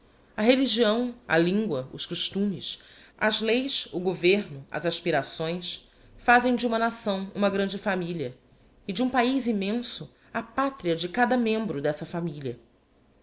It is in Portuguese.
a religião a língua os costumes as leis o governo as aspirações fazem de uma nação uma grande familia e de um paiz immenso a pátria de cada membro dessa familia